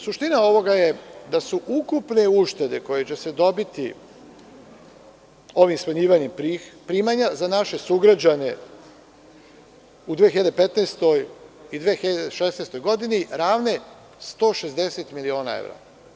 Suština ovoga je da su ukupne uštede, koje će se dobiti ovim smanjivanjem primanja za naše sugrađane u 2015. i 2016. godini, ravne 160 miliona evra.